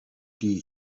die